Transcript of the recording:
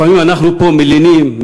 לפעמים אנחנו פה מלינים,